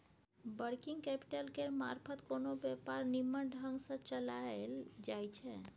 working capital केर मारफत कोनो व्यापार निम्मन ढंग सँ चलाएल जाइ छै